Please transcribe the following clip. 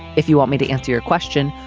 if you want me to answer your question,